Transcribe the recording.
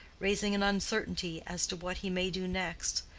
raising an uncertainty as to what he may do next,